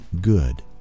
good